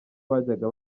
bajyaga